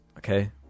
Okay